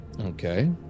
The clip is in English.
Okay